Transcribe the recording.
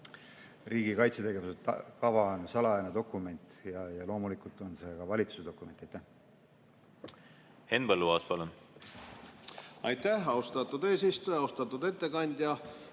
Riigikaitse tegevuskava on salajane dokument ja loomulikult on see ka valitsuse dokument. Henn